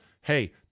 hey